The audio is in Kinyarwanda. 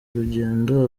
urugendo